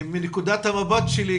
מנקודת המבט שלי,